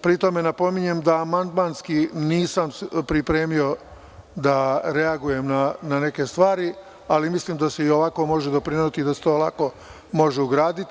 pri tome napominjem da amandmanski nisam pripremio da reagujem na neke stvari, ali mislim da se i ovako može doprineti i da se lako može ugraditi.